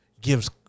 gives